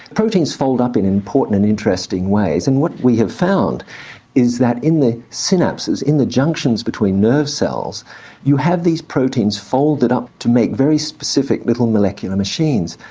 proteins fold up in important and interesting ways and what we have found is that in the synapses in the junctions between nerve cells you have these proteins folded up to make very specific little molecular machines.